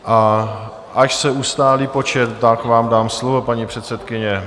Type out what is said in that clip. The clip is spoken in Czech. A až se ustálí počet, tak vám dám slovo, paní předsedkyně.